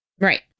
Right